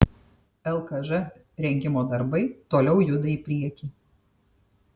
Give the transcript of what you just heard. lkž rengimo darbai toliau juda į priekį